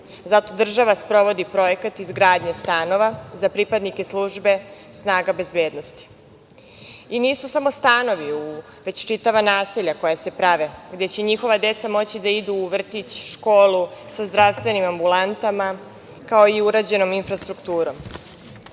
država sprovodi projekat izgradnje stanova za pripadnike službe snaga bezbednosti. Nisu samo stanovi, već čitava naselja koja se prave gde će njihova deca moći da idu u vrtić, školu, sa zdravstvenim ambulantama, kao i urađenom infrastrukturom.